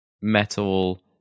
metal